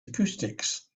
acoustics